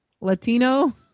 Latino